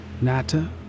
Nata